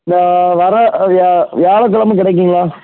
வர்ற வியா வியாழக்கிழம கிடைக்குங்களா